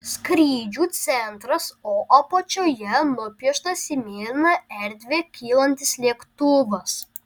skrydžių centras o apačioje nupieštas į mėlyną erdvę kylantis lėktuvas